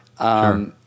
Sure